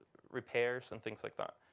repairs, and things like that.